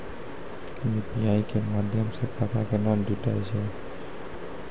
UPI के माध्यम से खाता केना जुटैय छै?